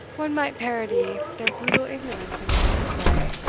one might parody their brutal ignorance in the words of gray